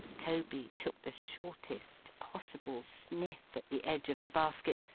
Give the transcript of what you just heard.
toby took the shortest possible sniff at the edge of the basket,